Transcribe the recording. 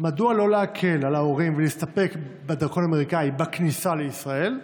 2. מדוע לא להקל על ההורים ולהסתפק בדרכון האמריקאי בכניסה לישראל?